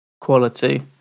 quality